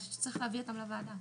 צריך להביא אותם לוועדה.